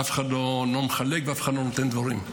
אף אחד לא מחלק ואף אחד לא נותן דברים,